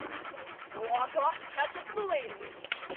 and i walk off to catch up with the ladies.